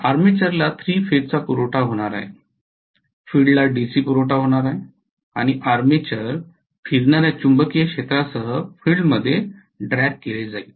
आर्मेचरला 3 फेजचा पुरवठा होणार आहे फील्डला डीसी पुरवठा होणार आहे आणि आर्मेचर फिरणार्या चुंबकीय क्षेत्रासह फील्डमध्ये ड्रॅग केले जाईल